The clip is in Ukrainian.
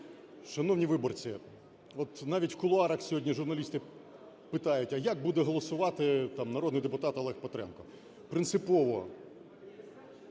Шановні виборці, от навіть в кулуарах сьогодні журналісти питають: а як буде голосувати там народний депутат Олег Петренко? Принципово